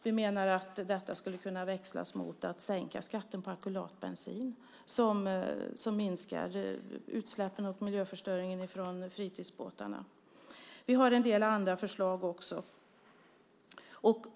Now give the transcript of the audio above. Vi menar att detta skulle kunna växlas mot att sänka skatten på alkylatbensin som minskar utsläppen och miljöförstöringen från fritidsbåtarna. Vi har en del andra förslag också.